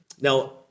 Now